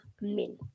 Min